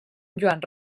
joan